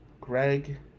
Greg